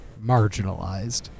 marginalized